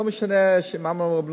לא משנה מה שאמרו,